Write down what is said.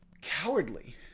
cowardly